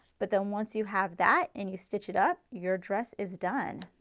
but then once you have that and you stitch it up, your dress is done.